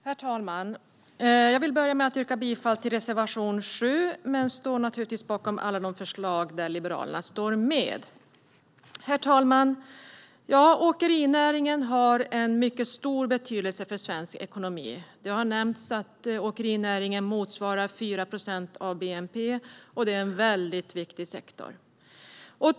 Herr ålderspresident! Jag vill börja med att yrka bifall till reservation 7, men jag står naturligtvis bakom alla förslag där Liberalerna står med. Herr ålderspresident! Åkerinäringen har en mycket stor betydelse för svensk ekonomi. Det har nämnts att åkerinäringen motsvarar 4 procent av bnp, och det är en väldigt viktig sektor.